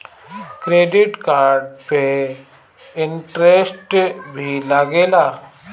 Credit card पे interest भी लागेला?